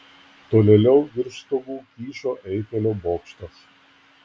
tolėliau virš stogų kyšo eifelio bokštas